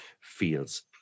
feels